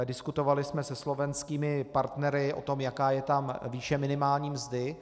Diskutovali jsme se slovenskými partnery o tom, jaká je tam výše minimální mzdy.